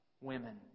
women